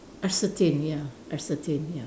ascertain ya ascertain ya